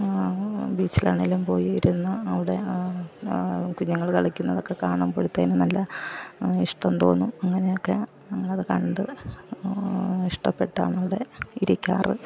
ബീച്ചിൽ ആണെങ്കിലും പോയി ഇരുന്ന് അവിടെ കുഞ്ഞുങ്ങൾ കളിക്കുന്നതൊക്കെ കാണുമ്പോഴത്തേനും നല്ല ഇഷ്ടം തോന്നും അങ്ങനെയൊക്കെ ഞങ്ങൾ അത് കണ്ട് ഇഷ്ടപ്പെട്ടാണ് അവിടെ ഇരിക്കാറ്